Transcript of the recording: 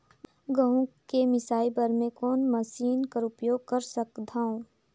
गहूं के मिसाई बर मै कोन मशीन कर प्रयोग कर सकधव?